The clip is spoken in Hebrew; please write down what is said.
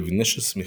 במבנה של סמיכות,